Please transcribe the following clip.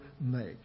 make